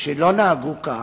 שלא נהגו כך,